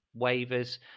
waivers